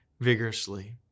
vigorously